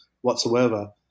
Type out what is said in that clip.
whatsoever